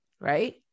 right